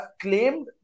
claimed